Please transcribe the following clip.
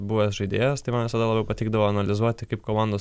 buvęs žaidėjas tai man visada labiau patikdavo analizuoti kaip komandos